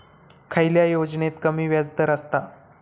खयल्या योजनेत कमी व्याजदर असता?